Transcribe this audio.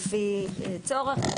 לפי צורך.